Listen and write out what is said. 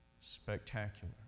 spectacular